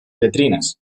letrinas